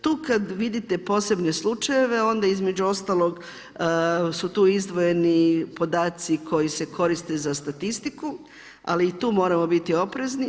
Tu kada vidite posebne slučajeve onda između ostalog su tu izdvojeni podaci koji se koriste za statistiku, ali i tu moramo biti oprezni.